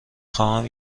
خواهم